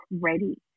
ready